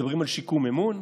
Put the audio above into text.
מדברים על שיקום אמון?